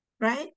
Right